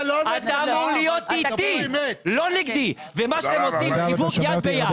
מה שאתם עושים זה חיבוק יד ביד.